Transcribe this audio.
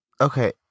okay